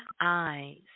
eyes